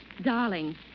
Darling